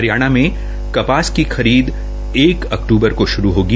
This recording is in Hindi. हरियाणा में कपास की खरीद एक अक्तुबर को शुरू होगी